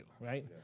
right